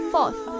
Fourth